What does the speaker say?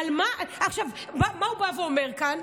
עכשיו, מה הוא בא ואומר כאן?